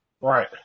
Right